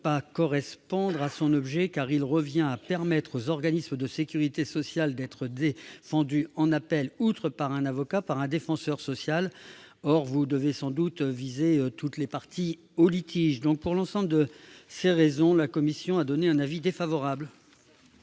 pas correspondre à son objet, car son adoption reviendrait à permettre aux organismes de sécurité sociale d'être défendus en appel, outre par un avocat, par un défenseur social. Or les auteurs de l'amendement doivent sans doute viser toutes les parties au litige. Pour l'ensemble de ces raisons, la commission a émis un avis défavorable